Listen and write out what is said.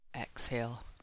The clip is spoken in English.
Exhale